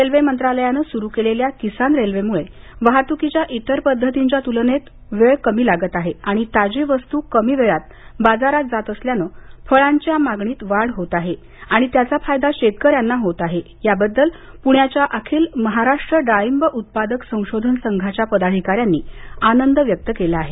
railway मंत्रालयाने सुरु केलेल्या किसान रेल्वे मुळे वाहतुकीच्या इतर पद्धतींच्या तुलनेत वेळ कमी लागत आहे आणि ताजी वस्तू कमी वेळात बाजारात जात असल्याने फळांची मागणीत वाढ होत आहे आणि त्याचा फायदा शेतक यांना होत असल्याबद्दल पुण्याच्या अखिल महाराष्ट्र डाळींब उत्पादक सशोधन संघाच्या पदाधिका यांनी आनंद व्यक्त केला आहे